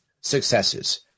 successes